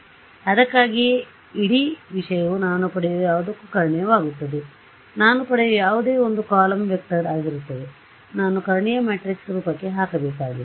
ಆದ್ದರಿಂದ ಅದಕ್ಕಾಗಿಯೇ ಈ ಇಡೀ ವಿಷಯವು ನಾನು ಪಡೆಯುವ ಯಾವುದಕ್ಕೂ ಕರ್ಣೀಯವಾಗುತ್ತದೆ ನಾನು ಪಡೆಯುವ ಯಾವುದೇ ಒಂದು ಕಾಲಮ್ ವೆಕ್ಟರ್ ಆಗಿರುತ್ತದೆ ನಾನು ಕರ್ಣೀಯ ಮ್ಯಾಟ್ರಿಕ್ಸ್ ರೂಪಕ್ಕೆ ಹಾಕಬೇಕಾಗಿದೆ